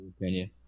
opinion